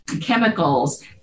chemicals